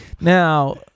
Now